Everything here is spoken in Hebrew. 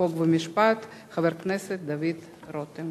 חוק ומשפט חבר הכנסת דוד רותם.